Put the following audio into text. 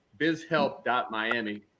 BizHelp.miami